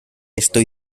estoy